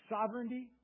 Sovereignty